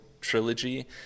trilogy